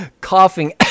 coughing